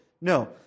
No